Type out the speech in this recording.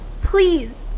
Please